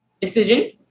decision